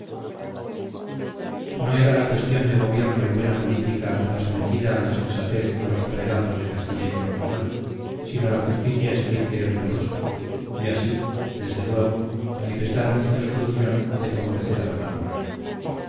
no era la cuestión de gobierno y buena política la sometida a la sensatez de los prelados de castilla y portugal sino la justicia estricta y rigurosa y así desde luego manifestaron su resolución de favorecer a don álvaro